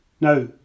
Now